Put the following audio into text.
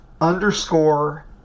underscore